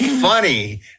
funny